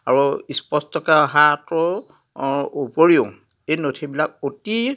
আৰু ইস্পষ্টকে অহাটোৰ উপৰিও এই নথিবিলাক অতি